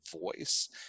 voice